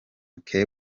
cape